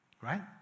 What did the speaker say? right